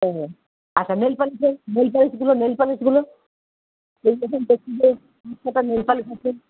হ্যাঁ হ্যাঁ আচ্ছা নেলপালিশগুলো নেলপালিশগুলো নেলপালিশগুলো নেল পালিশ নতুন